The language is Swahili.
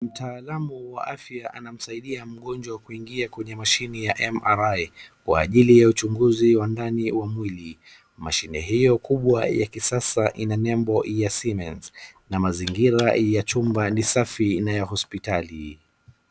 Mtaalamu wa afya anamsaida mgonjwa kuingia kwenye mashini ya MRI, kwa ajili ya uchunguzi wa ndani wa mwili, mashine hiyo kubwa ya kisasa ina nembo ya Siemens na mazingira ya chumba ni safi na ya hospitali.